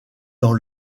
dans